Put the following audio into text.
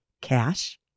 cash